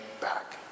back